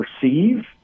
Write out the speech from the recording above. perceive